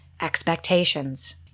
expectations